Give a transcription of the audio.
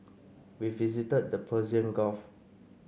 we visited the Persian Gulf